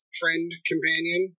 friend-companion